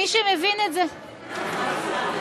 מי שמבין את זה את אומרת דברים